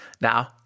Now